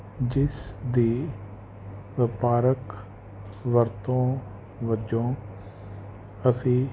ਜਿਸ ਦੀ ਵਪਾਰਕ ਵਰਤੋਂ ਵਜੋਂ ਅਸੀਂ